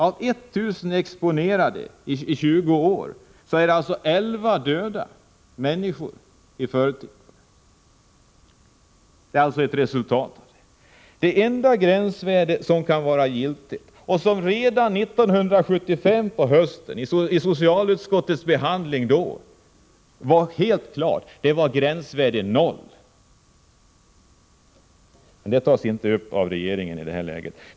Av 1 000 människor exponerade under 20 år är det 11 som dör i förtid. Detta är alltså resultatet av det hela. Det enda gränsvärde som kan vara giltigt och som redan hösten 1975 efter socialutskottets behandling var helt klart är gränsvärdet 0. Detta tas inte upp av regeringen i det här läget.